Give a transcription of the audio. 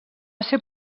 ser